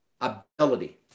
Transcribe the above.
ability